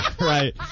Right